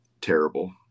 terrible